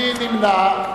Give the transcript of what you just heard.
מי נמנע?